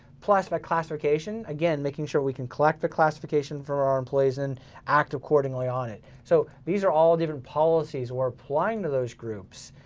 plus that classification, again making sure we can collect the classification from our employees and act accordingly on it. so these are all different policies we're applying to those groups.